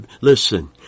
Listen